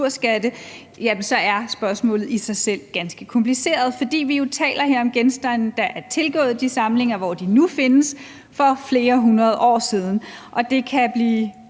kulturskatte, er spørgsmålet i sig selv ganske kompliceret, fordi vi jo her taler om genstande, der er tilgået de samlinger, hvor de nu findes, for flere hundrede år siden. Og det kan blive